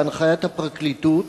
בהנחיית הפרקליטות,